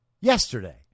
yesterday